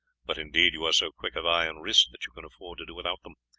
but indeed you are so quick of eye and wrist that you can afford to do without them.